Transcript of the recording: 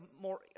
more